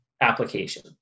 application